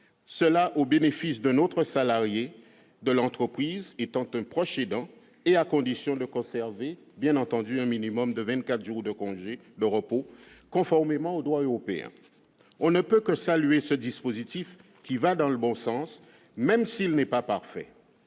pris, au bénéfice d'un autre salarié de l'entreprise étant un proche aidant et à condition de conserver un minimum de vingt-quatre jours de repos, conformément au droit européen. On ne peut que saluer ce dispositif, qui va dans le bon sens, même s'il n'est pas parfait.